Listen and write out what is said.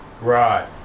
Right